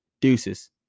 Deuces